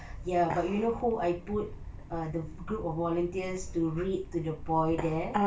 ya but you know who I put the group of volunteers to read to the boy there